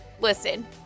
listen